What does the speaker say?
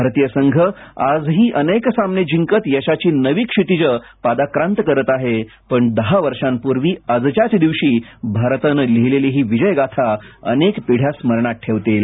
भारतीय संघ आजही अनेक सामने जिंकत यशाची नवी क्षितीजं पादाक्रांत करत आहे पण दह वर्षापूर्वी आजच्याच दिवशी भारतानं लिहिलेली विजयागाथा अनेक पिढ्या स्मरणात ठेवतील